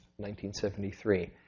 1973